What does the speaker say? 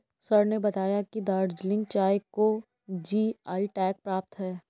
sir ने बताया कि दार्जिलिंग चाय को जी.आई टैग प्राप्त है